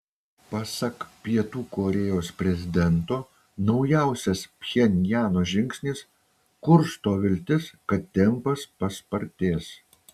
pasak pietų korėjos prezidento naujausias pchenjano žingsnis kursto viltis kad tempas paspartės